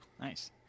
Nice